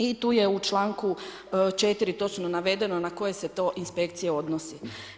I tu je u članku 4. točno navedeno na koje se to inspekcije odnosi.